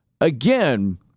Again